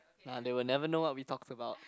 nah they will never know what we talked about